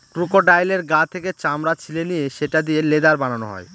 ক্রোকোডাইলের গা থেকে চামড়া ছিলে নিয়ে সেটা দিয়ে লেদার বানানো হয়